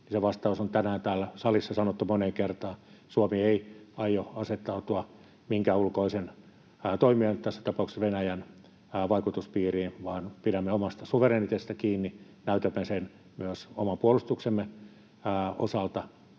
vastaus on tänään täällä salissa sanottu moneen kertaan: Suomi ei aio asettautua minkään ulkoisen toimijan — tässä tapauksessa Venäjän — vaikutuspiiriin, vaan pidämme omasta suvereniteetistamme kiinni. Näytämme sen myös oman puolustuksemme osalta